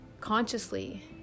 consciously